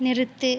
நிறுத்து